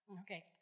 Okay